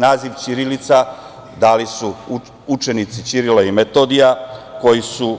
Naziv ćirilica dali su učenici Ćirila i Metodija, koji su